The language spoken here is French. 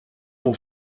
vont